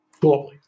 Globally